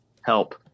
help